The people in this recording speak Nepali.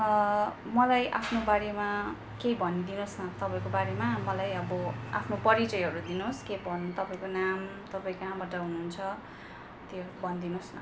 मलाई आफ्नो बारेमा केही भनिदिनुहोस् न तपाईँको बारेमा मलाई अब आफ्नो परिचयहरू दिनुहोस् के भन्नु तपाईँको नाम तपाईँ काहाँबाट हुनुहुन्छ त्यो भनिदिनुहोस् न